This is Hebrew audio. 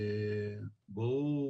בואו